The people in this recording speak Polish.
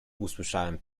usłyszałem